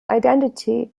identity